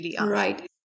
Right